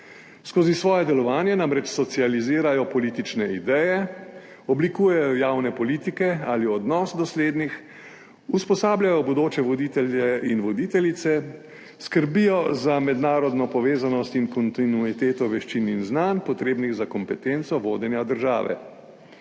Skozi svoje delovanje namreč socializirajo politične ideje, oblikujejo javne politike ali odnos do slednjih, usposabljajo bodoče voditelje in voditeljice, skrbijo za mednarodno povezanost in kontinuiteto veščin in znanj, potrebnih za kompetenco vodenja države.